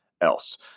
else